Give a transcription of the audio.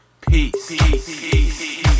Peace